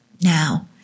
now